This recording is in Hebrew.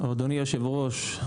אדוני היושב-ראש,